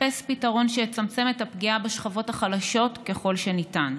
לחפש פתרון שיצמצם את הפגיעה בשכבות החלשות ככל שניתן.